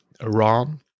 Iran